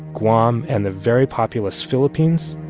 guam and the very populous philippines